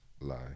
lie